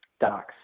docs